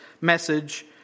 message